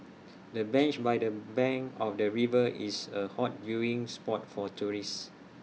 the bench by the bank of the river is A hot viewing spot for tourists